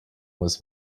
was